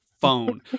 phone